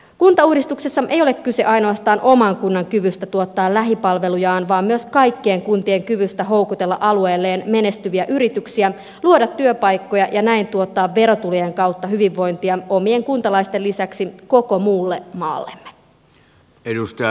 kuntauudistuksessa ei ole kyse ainoastaan oman kunnan kyvystä tuottaa lähipalvelujaan vaan myös kaikkien kuntien kyvystä houkutella alueelleen menestyviä yrityksiä luoda työpaikkoja ja näin tuottaa verotulojen kautta hyvinvointia omien kuntalaisten lisäksi koko muulle maalle